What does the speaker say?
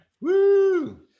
Woo